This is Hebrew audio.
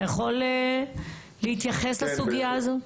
אתה יכול להתייחס לסוגיה הזאת?